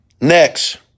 next